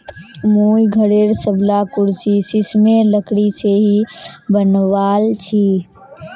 मुई घरेर सबला कुर्सी सिशमेर लकड़ी से ही बनवाल छि